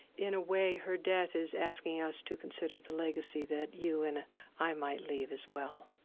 in a way, her death is asking us to consider the legacy that you and i might leave as well